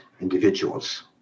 individuals